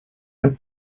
and